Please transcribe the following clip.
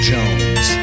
Jones